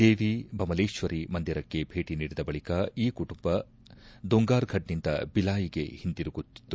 ದೇವಿ ಬಮಲೇಶ್ವರಿ ಮಂದಿರಕ್ಕೆ ಭೇಟಿ ನೀಡಿದ ಬಳಿಕ ಈ ಕುಟುಂಬ ದೊಂಗಾರ್ಫಡ್ನಿಂದ ಬಿಲಾಯಿಗೆ ಒಂದಿರುಗುತ್ತಿತ್ತು